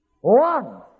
One